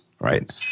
right